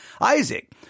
Isaac